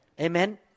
Amen